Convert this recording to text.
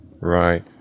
Right